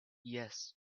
yes